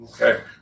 Okay